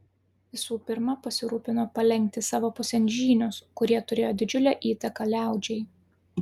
visų pirma pasirūpino palenkti savo pusėn žynius kurie turėjo didžiulę įtaką liaudžiai